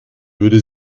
würde